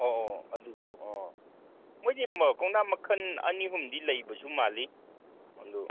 ꯑꯣ ꯑꯗꯨꯁꯨ ꯑꯣ ꯃꯣꯏꯗꯤ ꯀꯧꯅꯥ ꯃꯈꯟ ꯑꯅꯤ ꯍꯨꯝꯗꯤ ꯂꯩꯕꯁꯨ ꯃꯥꯜꯂꯤ ꯑꯗꯨ